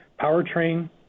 powertrain